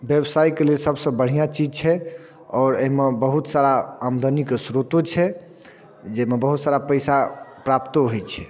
व्यवसायके लेल सभसँ बढ़िआँ चीज छै आओर एहिमे बहुत सारा आमदनीके श्रोतो छै जैमे बहुत सारा पैसा प्राप्तो होइ छै